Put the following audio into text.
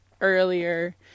earlier